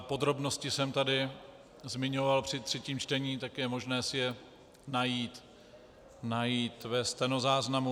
Podrobnosti jsem tady zmiňoval při třetím čtení, tak je možné si je najít ve stenozáznamu.